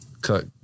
cut